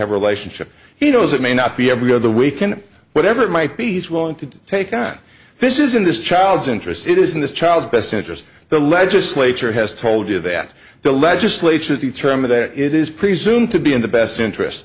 have a relationship he knows it may not be every other weekend whatever it might be he's willing to take on this is in this child's interest it is in the child's best interest the legislature has told you that the legislature has determined that it is presumed to be in the best interest